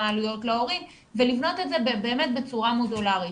מה העלויות להורים, ולבנות את זה בצורה מודולארית.